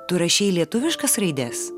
tu rašei lietuviškas raides